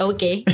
Okay